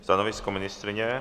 Stanovisko ministryně?